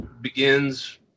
begins